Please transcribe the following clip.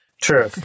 True